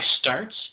starts